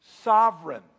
sovereign